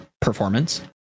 performance